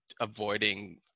avoiding